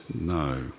no